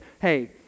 Hey